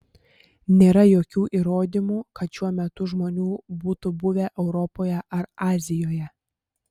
nėra jokių įrodymų kad šiuo metu žmonių būtų buvę europoje ar azijoje